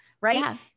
right